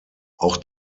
auch